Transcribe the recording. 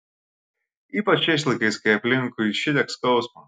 ypač šiais laikais kai aplinkui šitiek skausmo